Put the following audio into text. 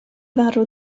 farw